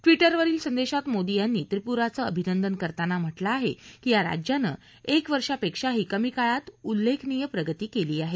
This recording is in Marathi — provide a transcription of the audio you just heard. ट्विटर वरील संदेशात मोदी यांनी त्रिपूराचं अभिनंदन करताना म्हटलं आहे की या राज्यानं एक वर्षांपेक्षाही कमी काळात उल्लेखनीय प्रगती केली आहे